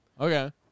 Okay